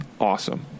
Awesome